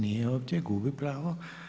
Nije ovdje, gubi pravo.